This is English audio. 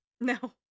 No